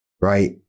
Right